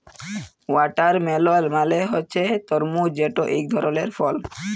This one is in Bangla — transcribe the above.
ওয়াটারমেলল মালে হছে তরমুজ যেট ইক ধরলের ফল